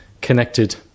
connected